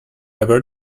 ever